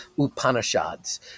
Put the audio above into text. Upanishads